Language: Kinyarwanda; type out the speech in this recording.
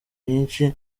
myinshi